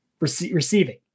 receiving